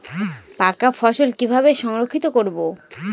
পাকা ফসল কিভাবে সংরক্ষিত করব?